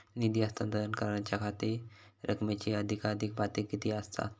निधी हस्तांतरण करण्यांच्या रकमेची अधिकाधिक पातळी किती असात?